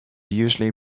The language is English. usually